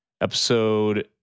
Episode